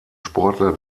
sportler